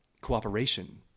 cooperation